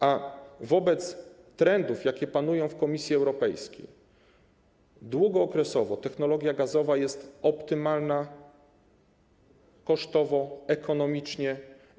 A wobec trendów, jakie panują w Komisji Europejskiej, długookresowo technologia gazowa jest optymalna kosztowo, ekonomicznie i